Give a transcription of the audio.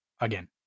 again